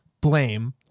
blame